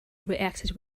reacted